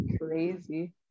crazy